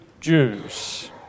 Jews